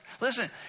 Listen